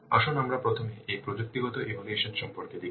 আসুন আমরা প্রথমে এই প্রযুক্তিগত ইভ্যালুয়েশন সম্পর্কে দেখি